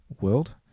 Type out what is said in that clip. world